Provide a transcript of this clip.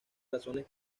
razones